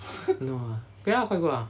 no uh okay lah quite good [what]